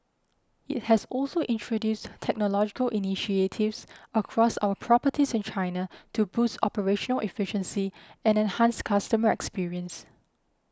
it has also introduced technological initiatives across our properties in China to boost operational efficiency and enhance customer experience